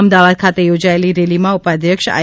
અમદાવાદ ખાતે યોજાયેલી રેલીમાં ઉપાધ્યક્ષ આઇ